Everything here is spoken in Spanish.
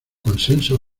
consenso